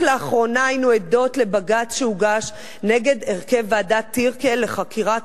רק לאחרונה היינו עדות לבג"ץ שהוגש נגד הרכב ועדת-טירקל לחקירת